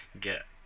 get